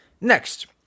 next